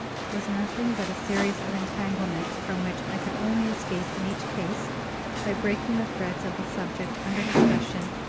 was nothing but a series of entanglements, from which i could only escape in each case by breaking the threads of the subject under discussion,